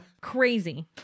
Crazy